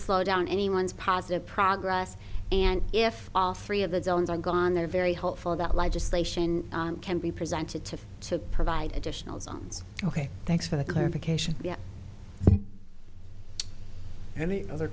slow down anyone's positive progress and if all three of the jones are gone they're very hopeful that legislation can be presented to to provide additional zones ok thanks for the clarification any other